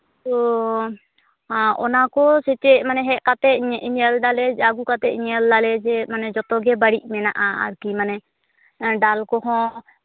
ᱛᱚ ᱚᱱᱟᱠᱚ ᱥᱮᱪᱮᱫ ᱢᱟᱱᱮ ᱦᱮᱡ ᱠᱟᱛᱮ ᱧᱮᱞᱫᱟᱞᱮ ᱟᱹᱜᱩ ᱠᱟᱛᱮ ᱧᱮᱞᱫᱟᱞᱮ ᱡᱮ ᱢᱟᱱᱮ ᱡᱚᱛᱚᱜᱮ ᱵᱟᱹᱲᱤᱡ ᱢᱮᱱᱟᱜᱼᱟ ᱟᱨᱠᱤ ᱢᱟᱱᱮ ᱫᱟᱹᱞ ᱠᱚᱦᱚᱸ